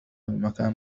مكان